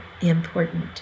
important